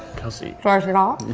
kelsey. finish it all?